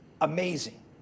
amazing